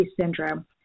syndrome